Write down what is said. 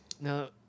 Now